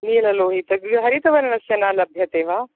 नीललोहितः हरितवर्णस्य न लभ्यते वा